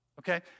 Okay